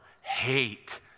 hate